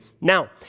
Now